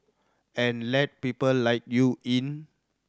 and let people like you in